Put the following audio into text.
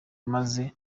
maze